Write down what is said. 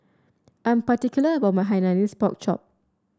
I'm particular about my Hainanese Pork Chop